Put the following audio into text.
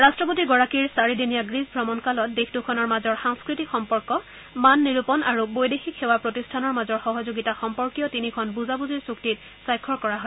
ৰাট্টপতিগৰাকীৰ চাৰিদিনীয়া গ্ৰীচ ভ্ৰমণ কালত দেশ দুখনৰ মাজৰ সাংস্থতিক সম্পৰ্ক মান নিৰূপণ আৰু বৈদেশিক সেৱা প্ৰতিষ্ঠানৰ মাজৰ সহযোগিতা সম্পৰ্কীয় তিনিখন বুজাবুজিৰ চুক্তিত স্বাক্ষৰ কৰা হয়